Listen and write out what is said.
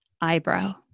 eyebrow